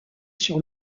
sur